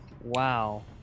Wow